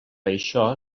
això